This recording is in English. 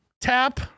Tap